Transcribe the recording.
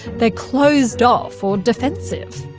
they're closed-off or defensive.